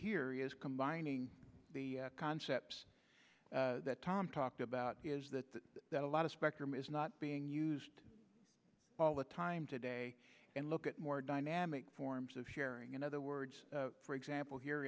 here is combining the concepts that tom talked is that that a lot of spectrum is not being used all the time today and look at more dynamic forms of sharing in other words for example here